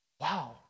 wow